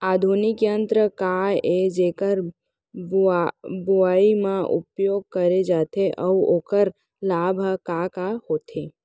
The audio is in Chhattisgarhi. आधुनिक यंत्र का ए जेकर बुवाई म उपयोग करे जाथे अऊ ओखर लाभ ह का का होथे?